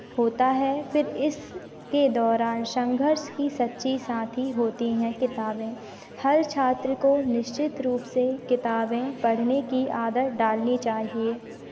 होता है फिर इसके दौरान संघर्ष की सच्ची साथी होती हैं किताबें हर छात्र को निश्चित रूप से किताबें पढ़ने की आदत डालनी चाहिए